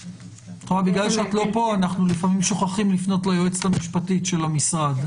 בגלל שאת לא פה אנחנו לפעמים שוכחים לפנות ליועצת המשפטית של המשרד.